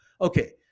Okay